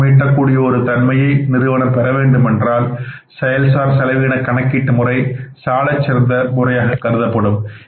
லாபம் ஈட்டக்கூடிய ஒரு தன்மையை நிறுவனம் பெறவேண்டுமென்றால் செயல் சார் செலவின கணக்கீட்டு முறை சாலச் சிறந்த முறையாக கருதப்படும்